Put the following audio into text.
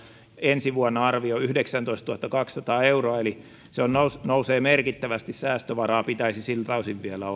ensi vuonna arvio on yhdeksäntoistatuhattakaksisataa euroa eli se nousee merkittävästi säästövaraa pitäisi siltä osin vielä